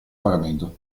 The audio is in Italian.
pagamento